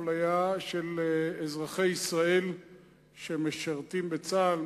אפליה של אזרחי ישראל שמשרתים בצה"ל,